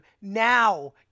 now